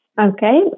Okay